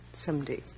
someday